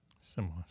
Similar